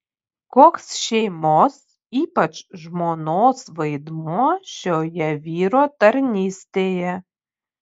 koks šeimos ypač žmonos vaidmuo šioje vyro tarnystėje